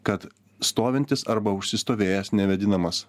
kad stovintis arba užsistovėjęs nevėdinamas